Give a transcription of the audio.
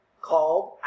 called